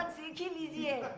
thank you